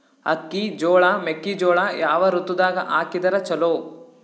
ಅಕ್ಕಿ, ಜೊಳ, ಮೆಕ್ಕಿಜೋಳ ಯಾವ ಋತುದಾಗ ಹಾಕಿದರ ಚಲೋ?